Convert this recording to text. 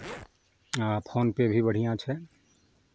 आ फोन पे भी बढ़िआँ छै